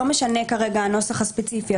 לא משנה כרגע הנוסח הספציפי,